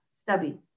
stubby